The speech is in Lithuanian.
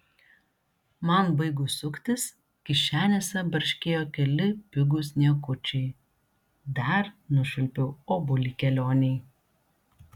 man baigus suktis kišenėse barškėjo keli pigūs niekučiai dar nušvilpiau obuolį kelionei